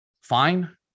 fine